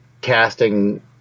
casting